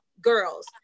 girls